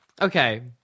okay